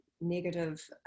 negative